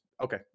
okay